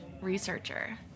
researcher